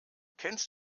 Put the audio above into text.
kennst